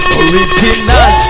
original